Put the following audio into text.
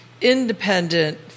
independent